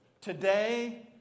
Today